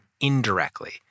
indirectly